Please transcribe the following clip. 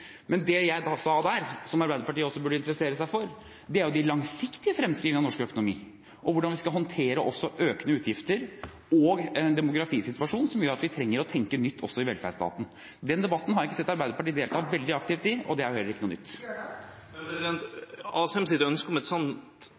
men det jeg sa der, som Arbeiderpartiet også burde interessere seg for, er jo de langsiktige fremskrivningene av norsk økonomi, og hvordan vi skal håndtere også økende utgifter og en demografisituasjon som gjør at vi trenger å tenke nytt også i velferdsstaten. Den debatten har jeg ikke sett Arbeiderpartiet delta veldig aktivt i, og det er jo heller ikke noe nytt. Asheims ønske om